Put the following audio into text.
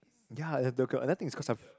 ya got another thing is cause of